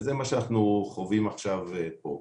זה מה שאנחנו חווים עכשיו פה.